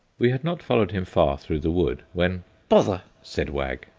we had not followed him far through the wood when bother! said wag,